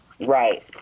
Right